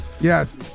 Yes